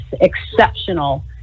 exceptional